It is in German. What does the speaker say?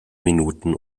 minuten